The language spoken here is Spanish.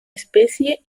especie